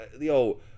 yo